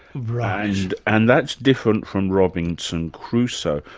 right. and that's different from robinson crusoe.